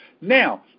Now